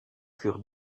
furent